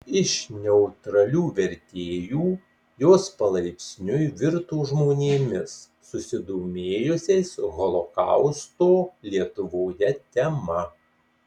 iš neutralių vertėjų jos palaipsniui virto žmonėmis susidomėjusiais holokausto lietuvoje tema